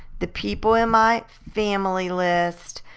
the people in my family list,